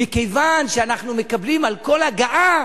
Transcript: מכיוון שאנחנו מקבלים על כל הגעה,